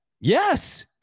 yes